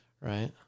right